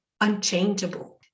unchangeable